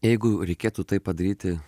jeigu reikėtų tai padaryti